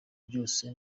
byose